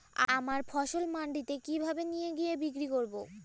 আমার ফসল মান্ডিতে কিভাবে নিয়ে গিয়ে বিক্রি করব?